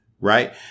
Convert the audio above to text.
right